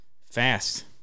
fast